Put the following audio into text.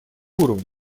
уровнях